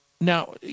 now